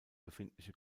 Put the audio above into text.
befindliche